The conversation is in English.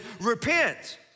repent